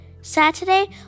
Saturday